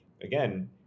again